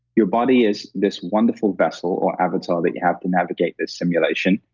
your body is this wonderful vessel or avatar that you have to navigate this simulation,